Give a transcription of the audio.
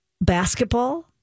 basketball